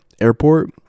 airport